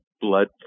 blood